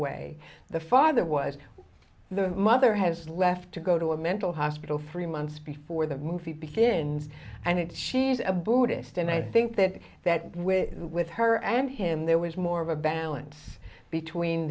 way the father was the mother has left to go to a mental hospital three months before the movie begins and she's a buddhist and i think that that with her and him there was more of a balance between